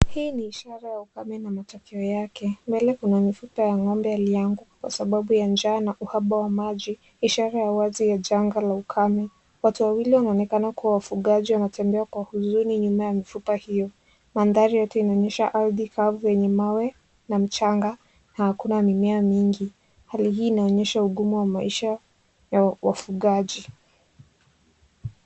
Hii ni ishara ya ukame na matokeo yake. Mbele kuna mifupa ya ngombe aliyeanguka kwa sababu ya njaa na uhaba wa maji, ishara ya wazi ya janga la ukame. Watu wawili wanaonekana kuwa wafugaji wanatembea kwa uzuni nyuma ya mifupa hiyo. Mandhari yote inaonyesha hali kavu yenye mawe na mchanga na hakuna mimea mingi. Hali hii inaonyesha ugumu wa maisha ya wafugaji.